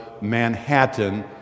Manhattan